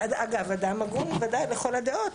ואגב, אדם הגון ודאי לכל הדעות.